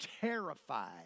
terrified